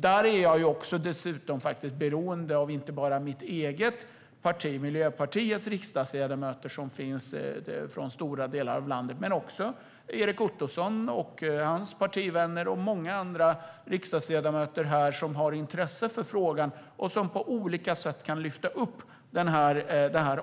Där är jag beroende inte bara av riksdagsledamöterna i mitt eget parti Miljöpartiet, som finns i stora delar av landet, utan också av Erik Ottoson och hans partivänner och många andra riksdagsledamöter som har intresse för frågan och som kan lyfta upp detta